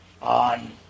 on